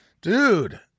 Dude